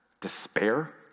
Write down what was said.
despair